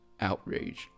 outrage